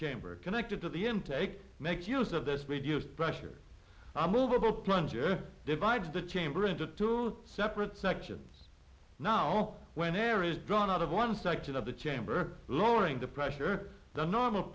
chamber connected to the intake make use of this radius pressure i'm moveable plunger divides the chamber into two separate sections no when air is drawn out of one section of the chamber lowering the pressure the norm